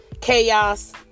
chaos